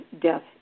death